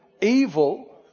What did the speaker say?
evil